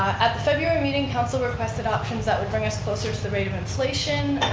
at the february meeting, council requested options that would bring us closer to the rate of inflation